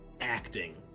acting